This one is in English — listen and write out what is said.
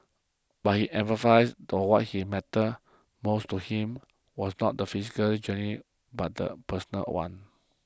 but he emphasised that what he mattered most to him was not the physical journey but the personal one